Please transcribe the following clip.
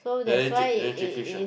very cheap very cheap fish ah